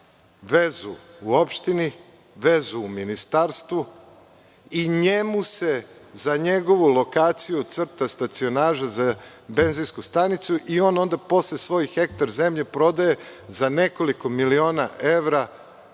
vezu u opštini, vezu u ministarstvu i njemu se za njegovu lokaciju crta stacionaža za benzinsku stanicu i onda on posle svoj hektar zemlje prodaje za nekoliko miliona evra